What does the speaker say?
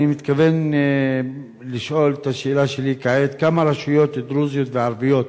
אני מתכוון לשאול את השאלה שלי כעת: כמה רשויות דרוזיות וערביות